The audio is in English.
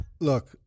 look